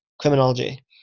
criminology